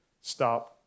stop